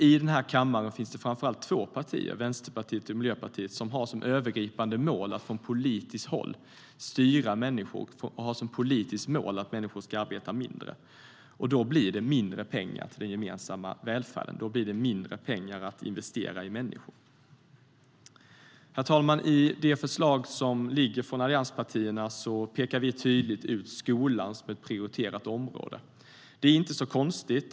I kammaren finns det framför allt två partier, Vänsterpartiet och Miljöpartiet, som har som övergripande mål att från politiskt håll styra människor och har som politiskt mål att människor ska arbeta mindre. Då blir det mindre pengar till den gemensamma välfärden och mindre pengar att investera i människor. Herr talman! I det förslag som ligger från allianspartierna pekar vi tydligt ut skolan som ett prioriterat område. Det är inte så konstigt.